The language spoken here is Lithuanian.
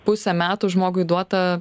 pusę metų žmogui duota